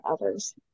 others